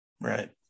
Right